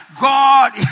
God